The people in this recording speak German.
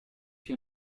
hier